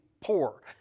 poor